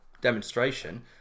demonstration